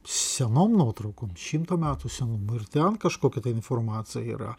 senom nuotraukom šimto metų senumo ir ten kažkokia tai informacija yra